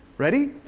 ready?